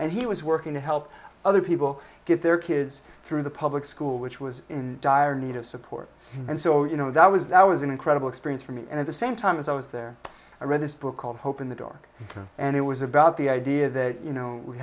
and he was working to help other people get their kids through the public school which was in dire need of support and so you know that was that was an incredible experience for me and at the same time as i was there i read this book called hope in the dark and it was about the idea that you know we